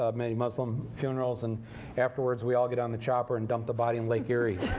ah many muslim funerals, and afterwards we all get on the chopper and dump the body in lake erie.